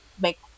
make